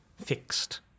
fixed